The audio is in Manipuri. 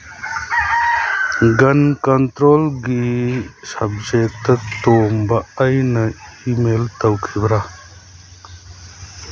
ꯒꯟ ꯀꯟꯇ꯭ꯔꯣꯜꯒꯤ ꯁꯕꯖꯦꯛꯇ ꯇꯣꯝꯕ ꯑꯩꯅ ꯏꯃꯦꯜ ꯇꯧꯈꯤꯕ꯭ꯔꯥ